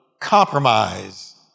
compromise